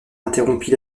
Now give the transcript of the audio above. interrompit